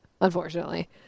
unfortunately